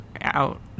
out